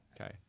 Okay